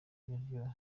biraryoha